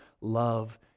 love